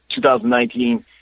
2019